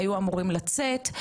היו אמורים לצאת,